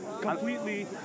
completely